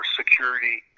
security